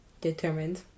determined